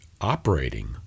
operating